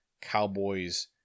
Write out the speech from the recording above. Cowboys